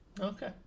Okay